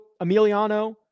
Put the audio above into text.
Emiliano